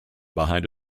behind